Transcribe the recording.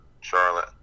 charlotte